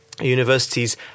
Universities